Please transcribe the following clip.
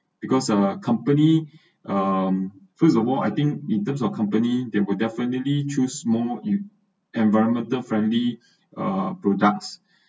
because uh company um first of all I think in terms of company they will definitely choose more environmental friendly uh products